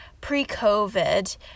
pre-COVID